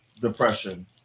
depression